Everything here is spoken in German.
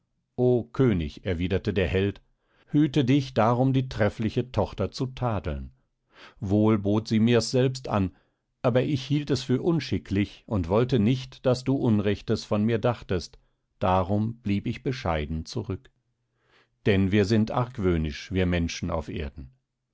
o könig erwiderte der held hüte dich darum die treffliche tochter zu tadeln wohl bot sie mir's selbst an aber ich hielt es für unschicklich und wollte nicht daß du unrechtes von mir dachtest darum blieb ich bescheiden zurück denn wir sind argwöhnisch wir menschen auf erden